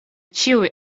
ĉiuj